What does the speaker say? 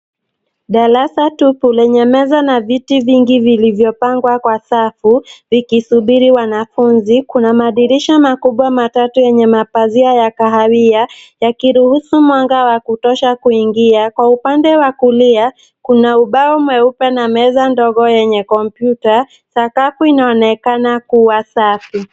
Darasa tupu lenye meza na viti vingi vilivyopangwa kwa safu vikisubiri wanafunzi. Kuna madirisha makubwa matatu yenye mapazia ya kahawia yakiruhusu mwanga wa kutosha kuingia. Kwa upande wa kulia, kuna ubao mweupe na meza ndogo yenye kompyuta. Sakafu inaonekana kuwa safi.